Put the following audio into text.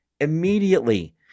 immediately